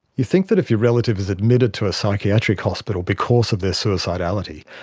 you think that if your relative is admitted to a psychiatric hospital because of their suicidality,